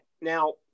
Now